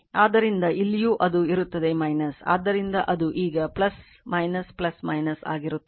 ಆದ್ದರಿಂದ ಇಲ್ಲಿಯೂ ಅದು ಇರುತ್ತದೆ ಆದ್ದರಿಂದ ಅದು ಈಗ ಆಗಿರುತ್ತದೆ